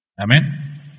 Amen